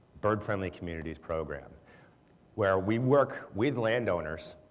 bird friendly communities program where we work with landowners,